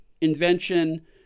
invention